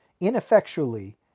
ineffectually